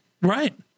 Right